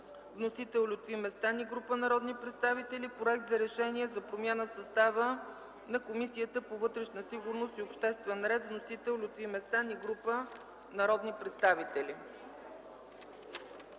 Вносители: Лютви Местан и група народни представители. Проект за Решение за промяна в състава на Комисията по вътрешна сигурност и обществен ред. Вносители: Лютви Местан и група народни представители.